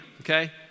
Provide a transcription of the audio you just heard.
okay